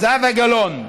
זהבה גלאון.